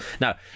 Now